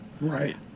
Right